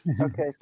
Okay